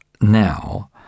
now